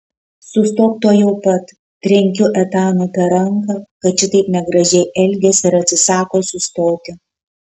sustok tuojau pat trenkiu etanui per ranką kad šitaip negražiai elgiasi ir atsisako sustoti